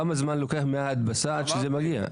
כמה זמן לוקח מההדפסה עד שזה מגיע?